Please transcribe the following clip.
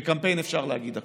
בקמפיין אפשר להגיד הכול.